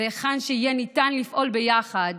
והיכן שניתן יהיה לפעול ביחד